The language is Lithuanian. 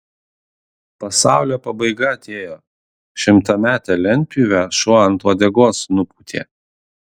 pasaulio pabaiga atėjo šimtametę lentpjūvę šuo ant uodegos nupūtė